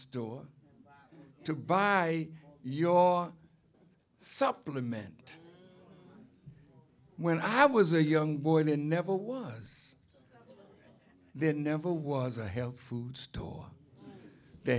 store to buy your supplement when i was a young boy there never was there never was a health food store the